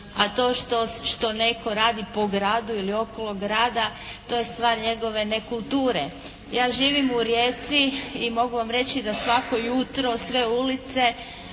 a to što netko radi po gradu ili okolo grada to je stvar njegove nekulture. Ja živim u Rijeci i mogu vam reći da svako jutro sve ulice